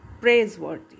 praiseworthy